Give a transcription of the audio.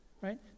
right